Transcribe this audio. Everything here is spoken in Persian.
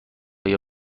ایا